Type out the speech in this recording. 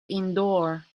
indoor